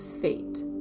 fate